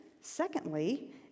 secondly